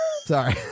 Sorry